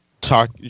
talk